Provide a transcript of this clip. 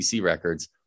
records